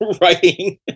writing